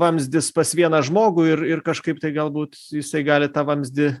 vamzdis pas vieną žmogų ir ir kažkaip tai galbūt jisai gali tą vamzdį